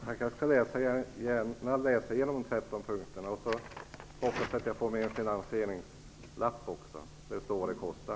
Herr talman! Jag skall gärna läsa igenom de 13 punkterna. Jag hoppas att jag får med en lapp om finansieringen också, där det står vad det kostar.